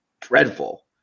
dreadful